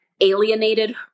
alienated